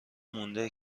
مونده